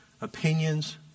opinions